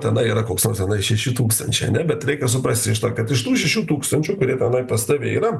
tenai yra koks nors tenai šeši tūkstančiai ane bet reikia suprasti iš to kad iš tų šešių tūkstančių kurie tenai pas tave yra